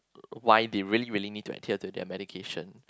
why they really really need to attire to their medication